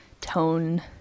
tone